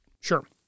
Sure